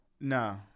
no